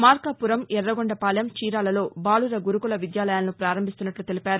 మార్కాపురం యురగొండపాలెం చీరాలలో బాలుర గురుకుల విద్యాలయాలను ప్రారంభిస్తున్నట్లు తెలిపారు